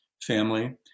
family